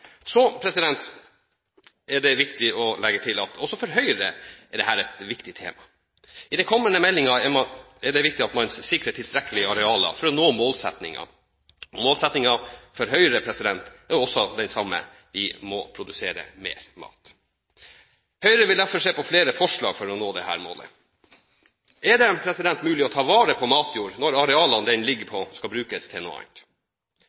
er viktig å legge til at også for Høyre er dette et viktig tema. I den kommende meldingen er det viktig at man går inn for å sikre tilstrekkelige arealer for å nå målsettingen. Målsettingen for Høyre er den samme: Vi må produsere mer mat. Høyre vil derfor se på flere forslag for å nå dette målet. Er det mulig å ta vare på matjord når arealene den ligger på, skal brukes til noe annet?